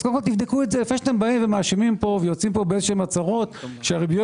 לפני שאתם מאשימים פה ויוצאים בהצהרות שהריביות